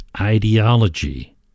ideology